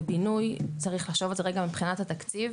בבינוי צריך לחשוב על זה רגע מבחינת התקציב,